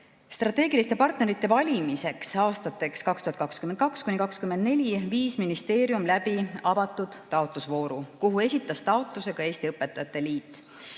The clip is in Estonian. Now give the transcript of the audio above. Strateegiliste partnerite valimiseks aastateks 2022–2024 viis ministeerium läbi avatud taotlusvooru, kuhu esitas taotluse ka Eesti Õpetajate Liit.